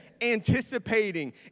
anticipating